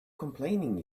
complaining